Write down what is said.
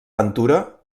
ventura